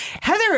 Heather